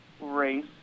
race